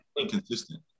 inconsistent